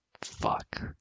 Fuck